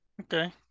Okay